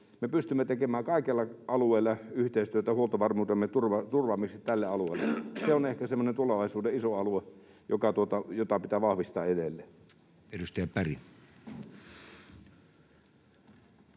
Me pystymme tekemään kaikilla alueilla yhteistyötä huoltovarmuutemme turvaamiseksi tälle alueelle. Se on ehkä semmoinen tulevaisuuden iso alue, jota pitää vahvistaa edelleen. Edustaja Berg.